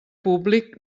públic